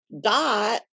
dot